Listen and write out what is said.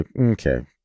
Okay